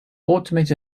automated